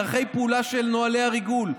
דרכי פעולה של נוהלי הריגול,